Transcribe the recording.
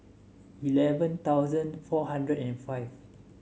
eleven thousand four hundred and five